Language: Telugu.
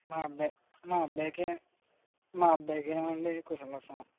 మా అబ్బాయి మా అబ్బాయికే మా అబ్బాయికి ఏమండి కుశలం